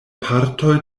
partoj